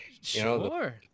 Sure